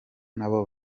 nabo